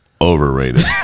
overrated